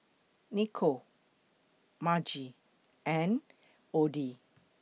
Nikole Margie and Odie